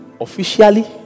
officially